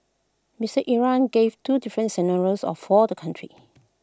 Mister Imran gave two different scenarios of for the country